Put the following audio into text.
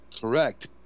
Correct